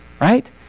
right